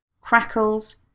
crackles